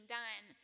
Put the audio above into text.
done